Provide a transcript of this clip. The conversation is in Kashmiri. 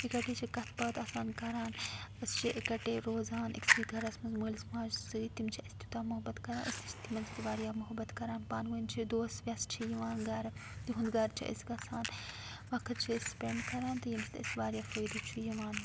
اِکٹھے چھِ کَتھ باتھ آسان کَران أسۍ چھِ اِکٹھے روزان أکسٕے گھرَس مَنٛز مٲلِس ماجہِ سۭتۍ تِم چھِ أسہِ تیٛوتاہ محبت کَران أسۍ تہِ چھِ تِمَن سۭتۍ واریاہ محبت کَران پانہٕ وٲنۍ چھِ دوس ویٚسہِ چھِ یِوان گھرٕ تِہُنٛد گھرٕ چھِ أسۍ گَژھان وقت چھِ أسۍ سِپیٚنٛڈ کَران تہٕ ییٚمہِ سۭتۍ اسہِ واریاہ فٲیدٕ چھُ یِوان